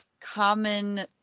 common